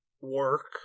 work